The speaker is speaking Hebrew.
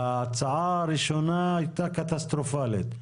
ההצעה הראשונה הייתה קטסטרופלית,